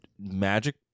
magic